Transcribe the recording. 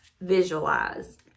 visualize